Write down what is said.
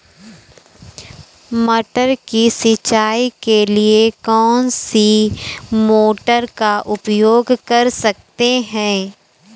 मटर की सिंचाई के लिए कौन सी मोटर का उपयोग कर सकते हैं?